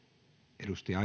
arvoisa